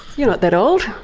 you're not that old.